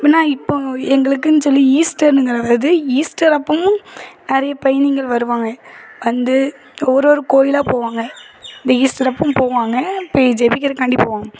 எப்பிடின்னா இப்போது எங்களுக்குனு சொல்லி ஈஸ்ட்டர்ங்கிற இது ஈஸ்ட்டர் அப்பவும் நிறைய பயணிங்கள் வருவாங்க வந்து ஒரு ஒரு கோயிலாக போவாங்க இந்த ஈஸ்ட்டர் அப்பவும் போவாங்க போய் ஜெயிக்கிறக்காண்டி போவாங்க